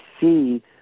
see